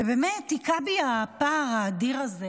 ובאמת, היכה בי הפער האדיר הזה